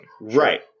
Right